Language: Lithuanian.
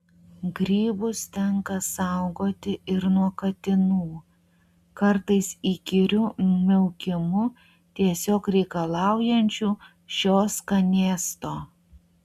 grybus tenka saugoti ir nuo katinų kartais įkyriu miaukimu tiesiog reikalaujančių šio skanėsto